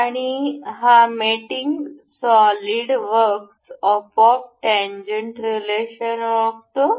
आणि हा mating SolidWorks आपोआप टेनजंट रिलेशन ओळखतो